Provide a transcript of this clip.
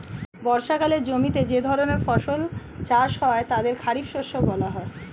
বর্ষাকালে জমিতে যে ধরনের ফসল চাষ হয় তাদের খারিফ শস্য বলা হয়